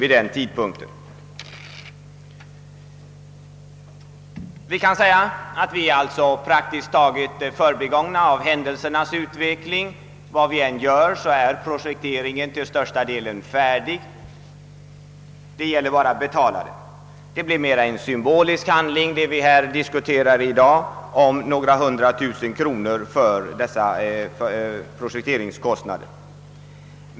Vi kan alltså säga att vi i själva verket är förbigångna av händelsernas utveckling. Vad vi än gör, är projekteringen till största delen färdig. Det gäller bara att betala. Det är mera fråga om en symbolisk handling då vi i dag diskuterar om några hundra tusen kronor i projekteringskostnader.